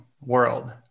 world